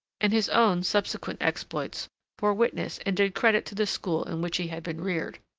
and his own subsequent exploits bore witness and did credit to the school in which he had been reared.